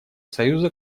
союза